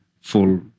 full